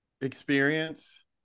experience